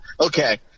okay